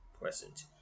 present